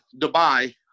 Dubai